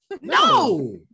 no